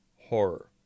horror